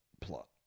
Plot